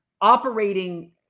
operating